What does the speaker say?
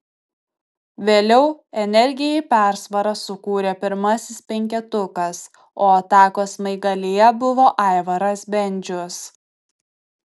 vėliau energijai persvarą sukūrė pirmasis penketukas o atakos smaigalyje buvo aivaras bendžius